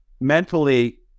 mentally